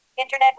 Internet